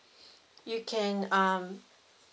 you can um